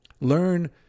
Learn